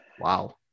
Wow